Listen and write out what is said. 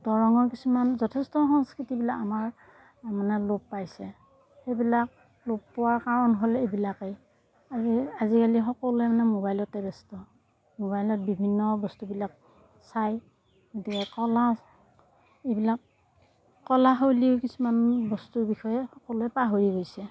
দৰঙৰ কিছুমান যথেষ্ট সংস্কৃতিবিলাক আমাৰ মানে লোপ পাইছে সেইবিলাক লোপ পোৱাৰ কাৰণ হ'ল এইবিলাকেই আৰু আজিকালি সকলোৱে মানে ম'বাইলতে ব্যস্ত ম'বাইলত বিভিন্ন বস্তুবিলাক চাই গতিকে কলা এইবিলাক কলা শৈলীৰ কিছুমান বস্তুৰ বিষয়ে সকলোৱে পাহৰি গৈছে